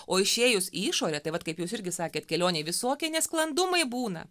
o išėjus į išorę tai vat kaip jūs irgi sakėt kelionėj visokie nesklandumai būna